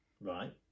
right